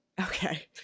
Okay